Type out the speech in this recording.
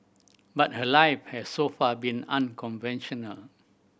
but her life has so far been unconventional